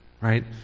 right